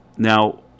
Now